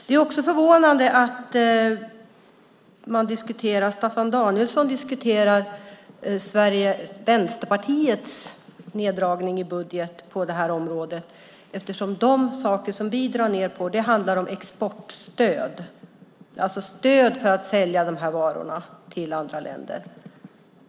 Det är också förvånande att Staffan Danielsson diskuterar Vänsterpartiets neddragning i budgeten på det här området, eftersom de saker som vi drar ned på handlar om exportstöd, alltså stöd för att sälja de här varorna till andra länder.